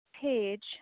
page